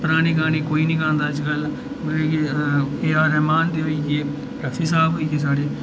पराने गाने कोई निं गांदा अज्जकल ए आर रहमान दी बी रफी साह्ब होइये साढ़े